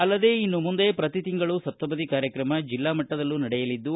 ಅಲ್ಲದೆ ಇನ್ನು ಮುಂದೆ ಪ್ರತಿ ತಿಂಗಳೂ ಸಪ್ತಪದಿ ಕಾರ್ಯಕ್ರಮ ಜಿಲ್ಲಾ ಮಟ್ಟದಲ್ಲಿ ನಡೆಯಲಿದ್ದು